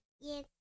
Yes